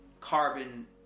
carbon